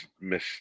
miss